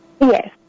Yes